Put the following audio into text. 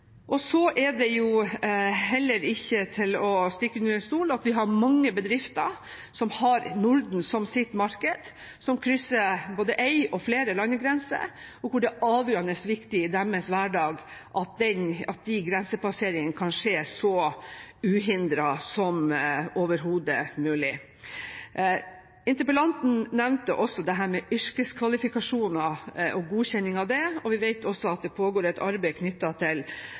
Så er det heller ikke til å stikke under stol at vi har mange bedrifter som har Norden som sitt marked, som krysser både en og flere landegrenser, og hvor det er avgjørende viktig i deres hverdag at grensepasseringene kan skje så uhindret som overhodet mulig. Interpellanten nevnte også yrkeskvalifikasjoner og godkjenning av det, og vi vet også at det pågår et arbeid knyttet til